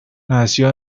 nació